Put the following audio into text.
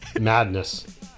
Madness